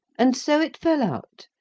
and so it fell out,